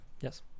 Yes